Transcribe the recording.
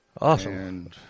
Awesome